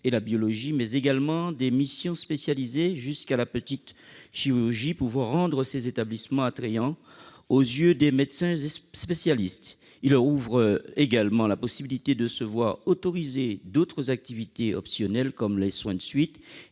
et la biologie, mais également des missions spécialisées jusqu'à la petite chirurgie, ce qui peut rendre ces établissements attrayants aux yeux des médecins spécialistes. Il leur ouvre également la possibilité de se voir autoriser d'autres activités optionnelles, comme les soins de suite